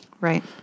Right